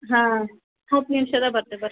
ಹಾಂ ಹತ್ತು ನಿಮ್ಷದಾಗ ಬರುತ್ತೆ ಬರ್ರೀ